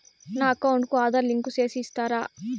నా అకౌంట్ కు ఆధార్ లింకు సేసి ఇస్తారా?